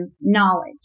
knowledge